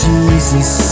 Jesus